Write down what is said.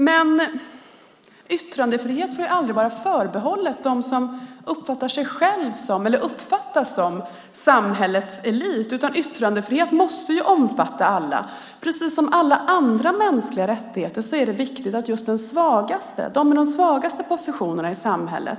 Men yttrandefrihet får aldrig vara förbehållen dem som uppfattas som samhällets elit. Yttrandefrihet måste omfatta alla. Precis som för alla andra mänskliga rättigheter är det viktigt att den omfattar dem med de svagaste positionerna i samhället.